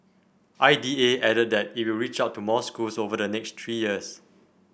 I D A added that it will reach out to more schools over the next three years